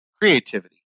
creativity